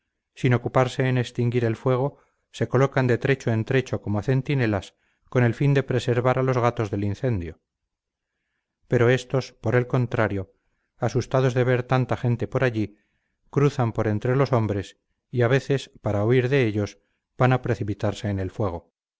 sin ocuparse en extinguir el fuego se colocan de trecho en trecho como centinelas con el fin de preservar a los gatos del incendio pero estos por el contrario asustados de ver tanta gente por allí cruzan por entre los hombres y a veces para huir de ellos van a precipitarse en el fuego